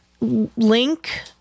link